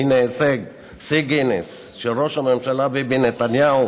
הינה הישג, שיא גינס, של ראש הממשלה ביבי נתניהו,